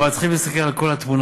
אבל צריכים להסתכל על כל התמונה